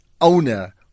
owner